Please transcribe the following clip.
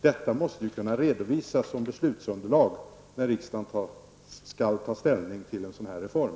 Detta måste kunna redovisas i beslutsunderlaget när riksdagen skall ta ställning till en sådan här reform.